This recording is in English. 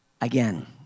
Again